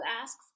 asks